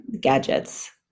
gadgets